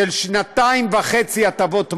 של שנתיים וחצי הטבות מס,